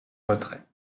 retraits